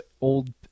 old